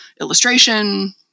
illustration